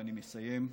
ואני מסיים: